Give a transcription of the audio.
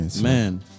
man